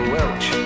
Welch